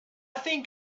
think